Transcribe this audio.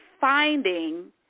finding